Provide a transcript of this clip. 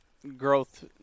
growth